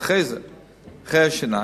אחרי השיניים.